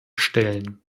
stellen